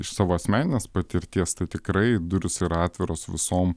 iš savo asmeninės patirties tai tikrai durys yra atviros visom